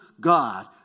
God